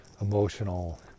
emotional